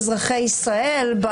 על אף שזה מקל על הציבור --- לא,